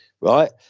right